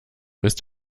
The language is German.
ist